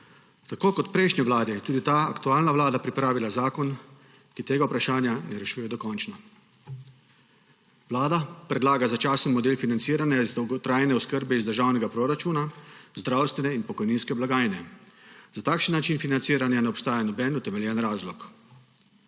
Tako kot v prejšnji vladi je tudi ta aktualna vlada pripravila zakon, ki tega vprašanja ne rešuje dokončno. Vlada predlaga začasen model financiranja dolgotrajne oskrbe iz državnega proračuna, zdravstvene in pokojninske blagajne. Za takšen način financiranja ne obstaja noben utemeljen razlog.